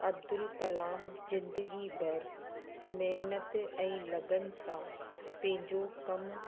अब्दुल कलाम ज़िंदगी भर महिनत ऐं लॻनि सां पंहिंजो कमु